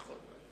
נכון.